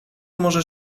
może